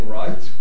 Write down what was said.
right